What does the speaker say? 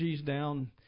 down